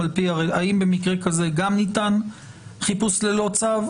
האם במקרה כזה גם ניתן חיפוש ללא צו?